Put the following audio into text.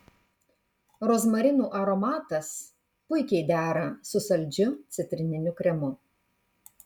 rozmarinų aromatas puikiai dera su saldžiu citrininiu kremu